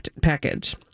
package